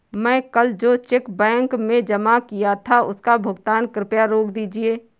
मैं कल जो चेक बैंक में जमा किया था उसका भुगतान कृपया रोक दीजिए